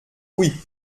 oui